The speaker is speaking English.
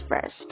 first